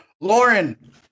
Lauren